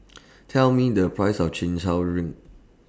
Tell Me The Price of Chin Chow Drink